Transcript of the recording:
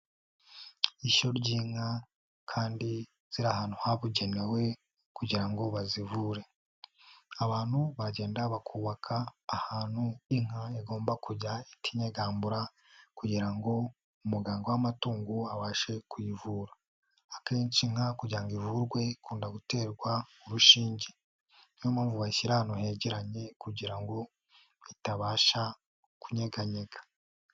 Ishyo ry'inka kandi ziri ahantu habugenewe kugira ngo bazivure. Abantu bagenda bakubaka ahantu inka igomba kujya itinyagambura kugira ngo umuganga w'amatungo abashe kuyivura. Akenshi inka kugira ngo ivurwe ikunda guterwa urushinge, niyo mpamvu bayishyira ahantu hegeranye kugira ngo itabasha kunyeganyega.